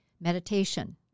Meditation